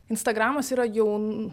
instagramas yra jau